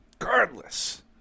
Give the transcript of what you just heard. regardless